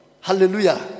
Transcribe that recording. Hallelujah